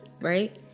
right